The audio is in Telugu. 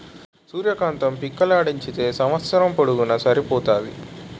సూర్య కాంతం పిక్కలాడించితే సంవస్సరం పొడుగునూన సరిపోతాది